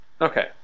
Okay